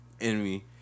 enemy